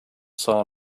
saw